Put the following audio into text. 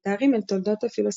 המתארים את תולדות הפילוסופיה.